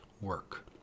work